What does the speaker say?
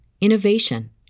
innovation